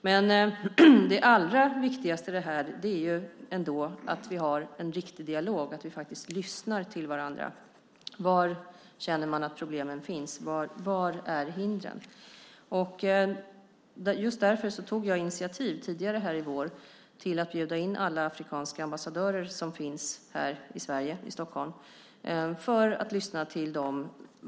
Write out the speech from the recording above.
Men det allra viktigaste i det här är ändå att vi har en riktig dialog, att vi lyssnar på varandra. Var känner man att problemen finns? Var är hindren? Just därför tog jag tidigare i vår initiativ till att bjuda in alla afrikanska ambassadörer som finns här i Sverige för att lyssna till dem.